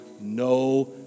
no